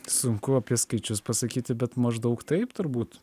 sunku apie skaičius pasakyti bet maždaug taip turbūt